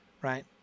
right